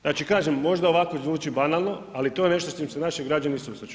Znači kažem možda ovako zvuči banalno, ali to je nešto s čim se naši građani susreću.